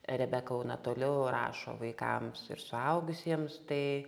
rebeka una toliau rašo vaikams ir suaugusiems tai